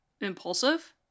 impulsive